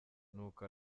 nuko